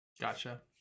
Gotcha